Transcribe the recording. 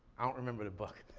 i don't remember the book,